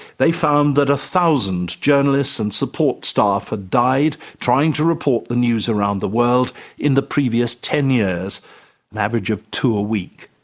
they found that a thousand journalists and support staff had ah died trying to report the news around the world in the previous ten years an average of two a week.